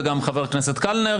וחבר הכנסת קלנר,